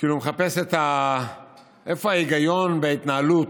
הוא מחפש איפה ההיגיון בהתנהלות,